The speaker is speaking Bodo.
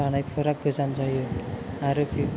लानायफोरा गोजान जायो आरो